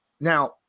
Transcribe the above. Now